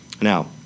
now